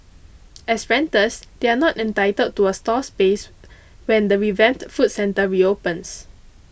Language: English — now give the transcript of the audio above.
as renters they are not entitled to a stall space when the revamped food centre reopens